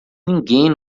ninguém